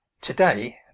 Today